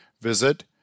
visit